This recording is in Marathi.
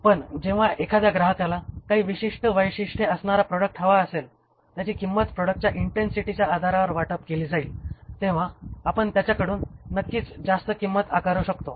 पण जेव्हा एखाद्या ग्राहकाला काही विशिष्ट वैशिष्ठे असणारा प्रॉडक्ट हवा असेल ज्याची किंमत प्रॉडक्टच्या इंटेन्सिटीच्या आधारावर वाटप केली जाईल तेव्हा आपण त्याच्याकडून नक्कीच जास्त किंमत आकारु शकतो